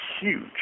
huge